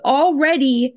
already